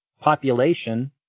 population